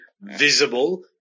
visible